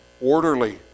orderly